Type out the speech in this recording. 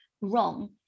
wrong